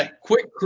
quick